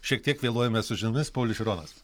šiek tiek vėluojame su žiniomis paulius šironas